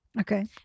Okay